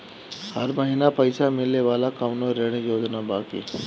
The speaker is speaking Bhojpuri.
हर महीना पइसा मिले वाला कवनो ऋण योजना बा की?